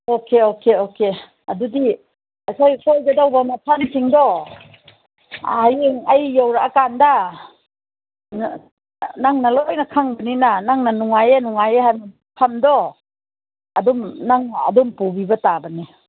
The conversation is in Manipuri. ꯑꯣꯀꯦ ꯑꯣꯀꯦ ꯑꯣꯀꯦ ꯑꯗꯨꯗꯤ ꯑꯩꯈꯣꯏ ꯀꯣꯏꯒꯗꯧꯕ ꯃꯐꯝꯁꯤꯡꯗꯣ ꯍꯥꯌꯦꯡ ꯑꯩ ꯌꯧꯔꯛꯔꯑ ꯀꯥꯟꯗ ꯅꯪꯅ ꯂꯣꯏꯅ ꯈꯪꯕꯅꯤꯅ ꯅꯪꯅ ꯅꯨꯡꯉꯥꯏꯌꯦ ꯅꯨꯡꯉꯥꯏꯌꯦ ꯍꯥꯏꯕ ꯃꯐꯝꯗꯣ ꯑꯗꯨꯝ ꯅꯪꯅ ꯑꯗꯨꯝ ꯄꯨꯕꯤꯕ ꯇꯥꯕꯅꯤ